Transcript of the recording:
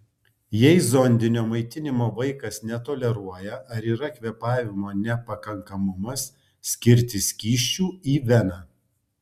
jei zondinio maitinimo vaikas netoleruoja ar yra kvėpavimo nepakankamumas skirti skysčių į veną